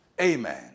amen